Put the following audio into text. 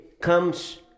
comes